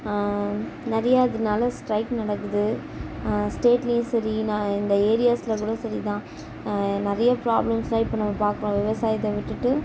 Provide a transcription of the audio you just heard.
நிறையா இதனால ஸ்ட்ரைக் நடக்குது ஸ்டேட்லயும் சரி நான் இந்த ஏரியாஸில் கூட சரிதான் நிறைய ப்ராப்லம்ஸ்லாம் இப்போது நம்ம பார்க்குறோம் விவசாயத்தை விட்டுட்டு